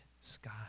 sky